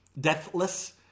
Deathless